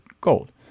gold